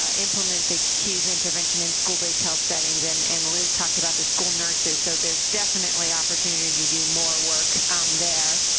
ah implement the cues intervention in school-based health settings, and and liz talked about the school nurses, so there's definitely opportunity to do more work there.